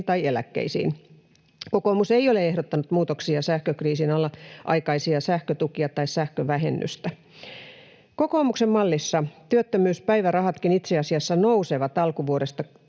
tai eläkkeisiin. Kokoomus ei ole ehdottanut muutoksia sähkökriisin aikaisiin sähkötukiin tai sähkövähennykseen. Kokoomuksen mallissa työttömyyspäivärahatkin itse asiassa nousevat alkuvuodesta 2022